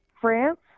France